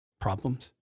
problems